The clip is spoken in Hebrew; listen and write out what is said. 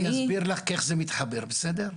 אסביר לך איך זה מתחבר, בסדר?